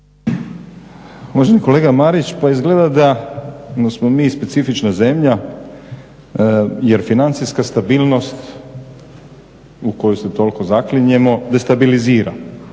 Uvaženi kolega Marić, pa izgleda da smo mi specifična zemlja jer financijska stabilnost u koju se toliko zaklinjemo destabilizira